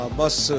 bus